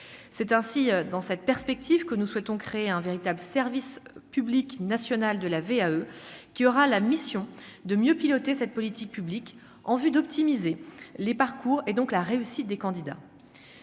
c'est ainsi dans cette perspective que nous souhaitons créer un véritable service public national de la VAE qui aura la mission de mieux piloter cette politique publique en vue d'optimiser les parcours et donc la réussite des candidats